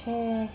ਛੇ